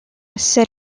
said